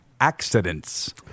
accidents